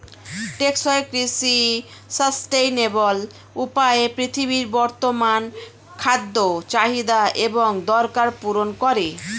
টেকসই কৃষি সাস্টেইনেবল উপায়ে পৃথিবীর বর্তমান খাদ্য চাহিদা এবং দরকার পূরণ করে